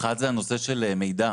האחת זה נושא של מידע.